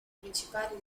principali